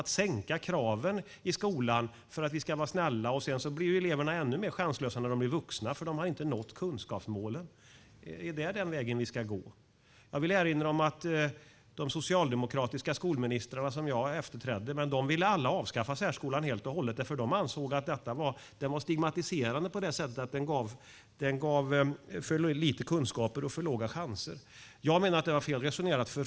Att sänka kraven i skolan för att vi ska vara snälla innebär att eleverna blir ännu mer chanslösa när de blir vuxna eftersom de inte nått kunskapsmålen. Är det den vägen vi ska gå? Jag vill erinra om att de socialdemokratiska skolministrarna som jag efterträdde alla ville avskaffa särskolan helt och hållet. De ansåg att den var stigmatiserande på så sätt att den gav för lite kunskaper och för låga chanser. Jag menar att det var fel resonerat.